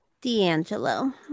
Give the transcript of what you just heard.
D'Angelo